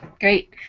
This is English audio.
great